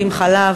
חלב,